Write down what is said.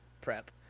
prep